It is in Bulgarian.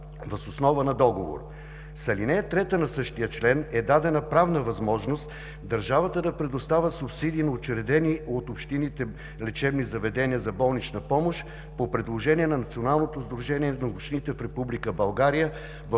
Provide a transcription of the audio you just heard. въз основа на договор. С алинея трета на същия член е дадена правна възможност държавата да предоставя субсидии на учредените от общините лечебни заведения за болнична помощ – по предложение на Националното сдружение на общините в Република България, в